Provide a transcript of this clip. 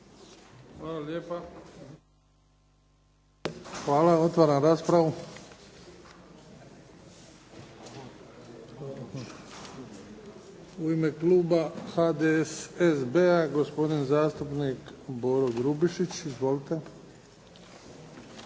Hvala lijepa. Otvaram raspravu. U ime kluba HDSSB-a gospodin zastupnik Boro Grubišić. Izvolite.